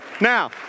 now